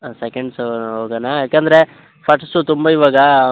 ಹಾಂ second show ಹೋಗಣ ಯಾಕೆಂದ್ರೆ ಫಸ್ಟ್ ಶೋ ತುಂಬ ಇವಾಗ